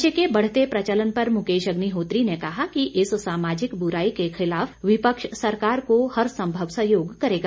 नशे के बढ़ते प्रचलन पर मुकेश अग्निहोत्री ने कहा कि इस सामाजिक बुराई के खिलाफ विपक्ष सरकार को हर सम्भव सहयोग करेगा